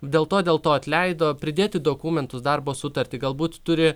dėl to dėl to atleido pridėti dokumentus darbo sutartį galbūt turi